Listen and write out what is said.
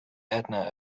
edna